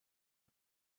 the